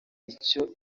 icyo